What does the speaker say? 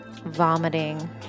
Vomiting